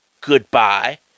goodbye